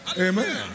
Amen